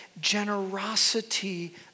generosity